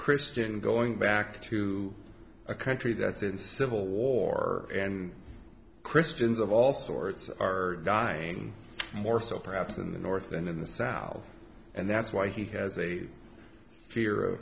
christian going back to a country that's in civil war and christians of all sorts are dying more so perhaps in the north and in the south and that's why he has a fear of